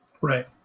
Right